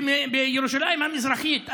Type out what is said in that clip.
בירושלים המזרחית,